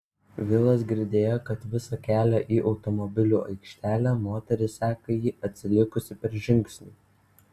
vilas girdėjo kad visą kelią į automobilių aikštelę moteris seka jį atsilikusi per žingsnį